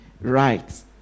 right